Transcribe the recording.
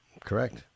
Correct